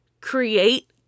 create